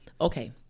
okay